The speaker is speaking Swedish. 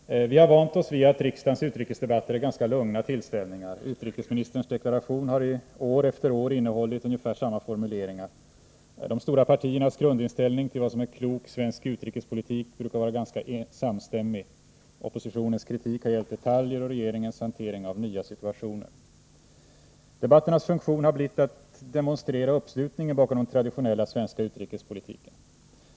Herr talman! Vi har vant oss vid att riksdagens utrikesdebatter är ganska lugna tillställningar. Utrikesministerns deklaration har år efter år innehållit ungefär samma formuleringar. De stora partierna brukar vara ganska samstämmiga när det gäller grundinställningen till vad som är klok svensk utrikespolitik. Oppositionens kritik har gällt detaljer och regeringens hantering av nya situationer. Debatternas funktion har blivit att demonstera uppslutningen bakom den traditionella svenska utrikespolitiken.